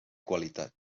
qualitat